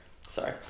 sorry